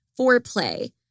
Foreplay